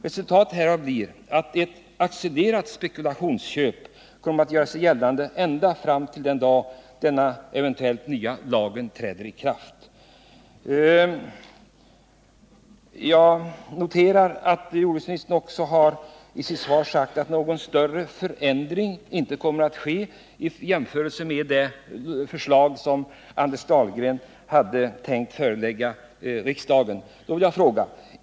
Följden blir att accelererade spekulationsköp kommer att göra sig gällande ända fram till den dag då den eventuella nya lagen träder i kraft. Jag noterar att jordbruksministern också säger i sitt svar att det inte blir någon större förändring i det kommande lagförslaget jämfört med det förslag som Anders Dahlgren hade tänkt förelägga riksdagen.